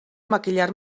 maquillar